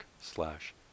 slash